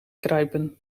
kruipen